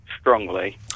strongly